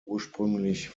ursprünglich